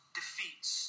defeats